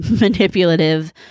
manipulative